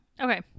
okay